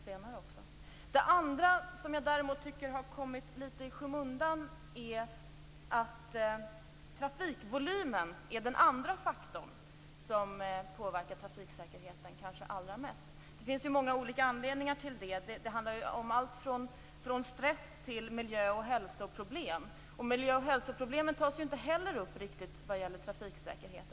Den andra faktorn som jag tycker har kommit litet i skymundan är trafikvolymen. Den kanske påverkar trafiksäkerheten allra mest. Det finns många olika anledningar till det. Det handlar om allt från stress till miljö och hälsoproblem. Miljö och hälsoproblemen tas inte heller upp riktigt i samband med trafiksäkerheten.